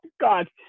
God